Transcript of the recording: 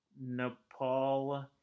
Nepal